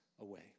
away